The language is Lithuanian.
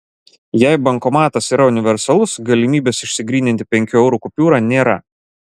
jei bankomatas yra universalus galimybės išsigryninti penkių eurų kupiūrą nėra